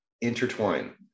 intertwine